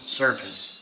surface